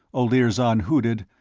olirzon hooted.